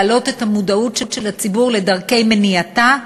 להעלות את המודעות של הציבור לדרכי מניעתה,